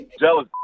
Jealous